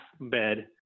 bed